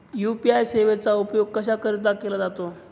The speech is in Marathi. यू.पी.आय सेवेचा उपयोग कशाकरीता केला जातो?